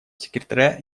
секретаря